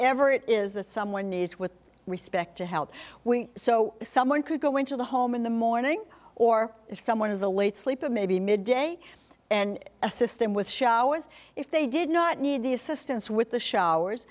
ever it is that someone needs with respect to how we so someone could go into the home in the morning or if someone is a late sleeper maybe midday and a system with showers if they did not need the assistance with the showers